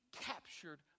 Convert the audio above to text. captured